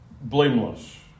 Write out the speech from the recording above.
Blameless